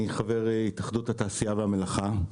אני חבר התאחדות בעלי המלאכה והתעשייה.